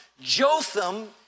Jotham